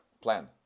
plan